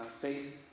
faith